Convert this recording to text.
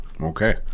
Okay